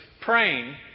praying